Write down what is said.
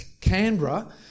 Canberra